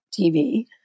TV